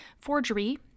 forgery